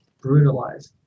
brutalized